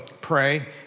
pray